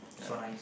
so nice